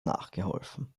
nachgeholfen